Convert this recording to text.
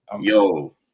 yo